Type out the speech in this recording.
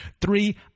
Three